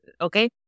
okay